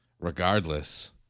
Regardless